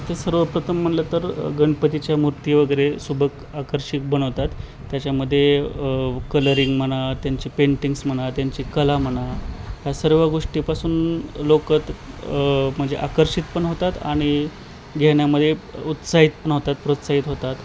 इथं सर्वप्रथम म्हणलं तर गणपतीच्या मूर्ती वगैरे सुबक आकर्षित बनवतात त्याच्यामध्ये कलरिंग म्हणा त्यांचे पेंटिंग्स म्हणा त्यांची कला म्हणा ह्या सर्व गोष्टीपासून लोक तर म्हणजे आकर्षित पण होतात आणि घेण्यामध्ये उत्साहित पण होतात प्रोत्साहित होतात